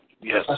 yes